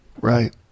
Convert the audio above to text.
Right